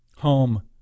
home